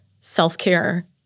self-care